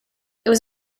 was